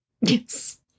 Yes